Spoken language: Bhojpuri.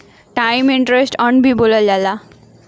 टाइम्स इन्ट्रेस्ट अर्न्ड भी बोलल जाला